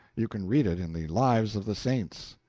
you can read it in the lives of the saints.